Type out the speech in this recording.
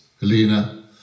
Helena